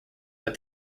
but